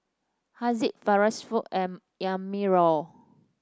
Haziq Sharifah and Amirul